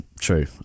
true